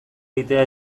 egitea